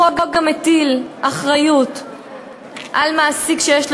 החוק גם מטיל אחריות על מעסיק שיש לו